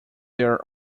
their